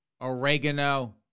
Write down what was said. oregano